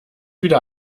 wieder